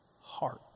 heart